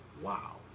wow